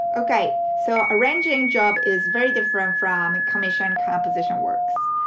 ok. so arranging job is very different from commission composition works.